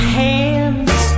hands